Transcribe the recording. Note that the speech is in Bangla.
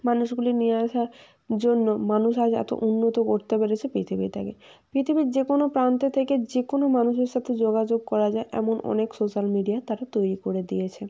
মানুষগুলি নিয়ে আসার জন্য মানুষ আজ এতো উন্নত করতে পেরেছে পৃথিবীটাকে পৃথিবীর যে কোনো প্রান্ত থেকে যে কোনো মানুষের সাথে যোগাযোগ করা যায় এমন অনেক সোশাল মিডিয়া তারা তৈরি করে দিয়েছে